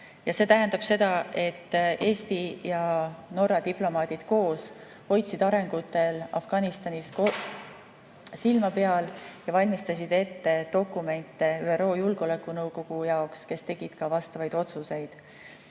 Ja see tähendab seda, et Eesti ja Norra diplomaadid koos hoidsid arengutel Afganistanis silma peal ja valmistasid ette dokumente ÜRO Julgeolekunõukogu jaoks, kes tegi vastavaid otsuseid.